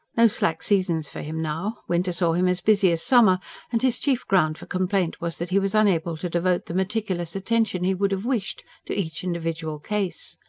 no slack seasons for him now winter saw him as busy as summer and his chief ground for complaint was that he was unable to devote the meticulous attention he would have wished to each individual case.